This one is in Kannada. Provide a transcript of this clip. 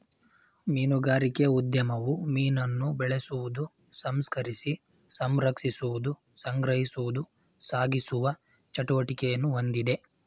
ಮೀನುಗಾರಿಕೆ ಉದ್ಯಮವು ಮೀನನ್ನು ಬೆಳೆಸುವುದು ಸಂಸ್ಕರಿಸಿ ಸಂರಕ್ಷಿಸುವುದು ಸಂಗ್ರಹಿಸುವುದು ಸಾಗಿಸುವ ಚಟುವಟಿಕೆಯನ್ನು ಹೊಂದಿದೆ